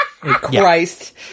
Christ